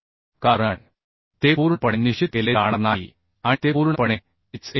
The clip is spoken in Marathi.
65 कारण ते पूर्णपणे निश्चित केले जाणार नाही आणि ते पूर्णपणे एच